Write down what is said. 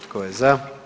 Tko je za?